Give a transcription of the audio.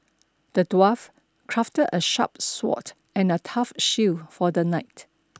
the dwarf crafted a sharp sword and a tough shield for the knight